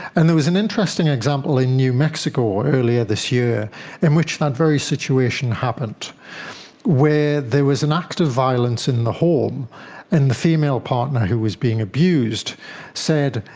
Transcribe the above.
and there was an interesting example in new mexico earlier this year in which that very situation happened where there was an act of violence in the home and the female partner who was being abused said,